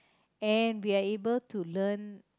and we are able to learn